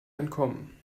entkommen